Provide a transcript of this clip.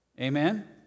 Amen